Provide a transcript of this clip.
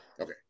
okay